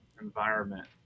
environment